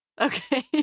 Okay